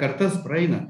kartas praeina